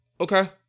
Okay